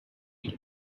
the